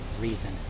reason